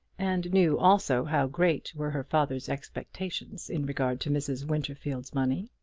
and knew also how great were her father's expectations in regard to mrs. winterfield's money.